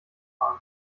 fahren